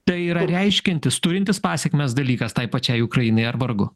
tai yra reiškiantis turintis pasekmes dalykas tai pačiai ukrainai ar vargu